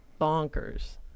bonkers